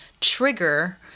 trigger